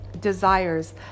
desires